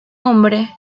hombre